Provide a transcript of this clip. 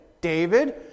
David